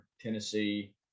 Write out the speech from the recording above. Tennessee